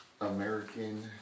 American